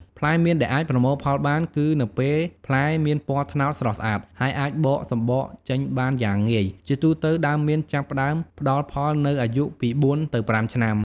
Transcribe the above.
ផ្លែមៀនដែលអាចប្រមូលផលបាន គឺនៅពេលផ្លែមានពណ៌ត្នោតស្រស់ស្អាត ហើយអាចបកសំបកចេញបានយ៉ាងងាយ ជាទូទៅ ដើមមៀនចាប់ផ្តើមផ្តល់ផលនៅអាយុពី ៤ ទៅ ៥ ឆ្នាំ។